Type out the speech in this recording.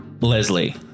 Leslie